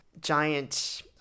giant